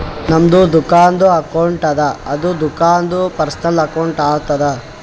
ನಮ್ದು ದುಕಾನ್ದು ಅಕೌಂಟ್ ಅದ ಅದು ದುಕಾಂದು ಪರ್ಸನಲ್ ಅಕೌಂಟ್ ಆತುದ